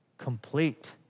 Complete